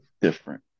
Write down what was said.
different